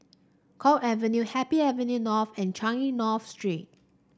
Guok Avenue Happy Avenue North and Changi North Street